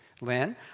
Lynn